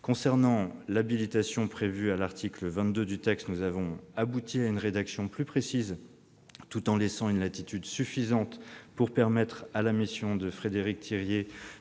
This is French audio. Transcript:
Concernant l'habilitation prévue à l'article 22, nous avons abouti à une rédaction plus précise, tout en laissant une latitude suffisante pour permettre à la mission de M. Frédéric Thiriez